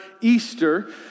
Easter